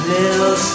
Little